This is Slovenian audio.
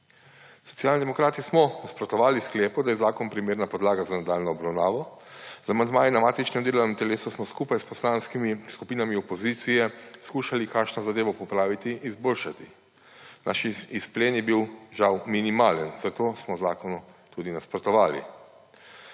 Socialni demokrati smo nasprotovali sklepu, da je zakon primerna podlaga za nadaljnjo obravnavo, z amandmaji na matičnem delovnem telesu smo skupaj s poslanskimi skupinami opozicije skušali kakšno zadevo popraviti in izboljšati. Naš izplen je bil žal minimalne, zato smo zakonu tudi nasprotovali.